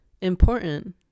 important